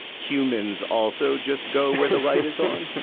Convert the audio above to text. humans also just go where the light is on.